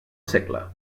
segle